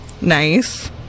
Nice